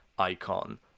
icon